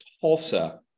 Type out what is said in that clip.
Tulsa